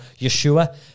Yeshua